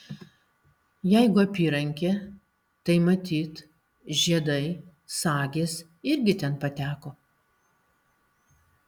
jeigu apyrankė tai matyt žiedai sagės irgi ten pateko